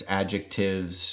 adjectives